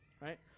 right